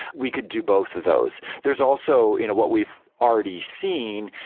we could do both of those. there's also into what we've already seen,